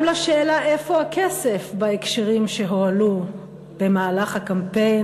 גם לשאלה "איפה הכסף?" בהקשרים שהועלו במהלך הקמפיין,